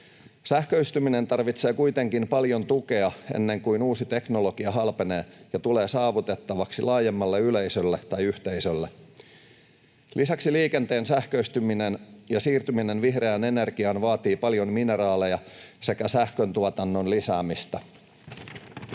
Sähköistyminen tarvitsee kuitenkin paljon tukea, ennen kuin uusi teknologia halpenee ja tulee saavutettavaksi laajemmalle yleisölle tai yhteisölle. Lisäksi liikenteen sähköistyminen ja siirtyminen vihreään energiaan vaatii paljon mineraaleja sekä sähköntuotannon lisäämistä.